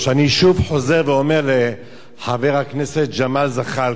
אני שוב חוזר ואומר לחבר הכנסת ג'מאל זחאלקה,